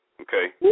Okay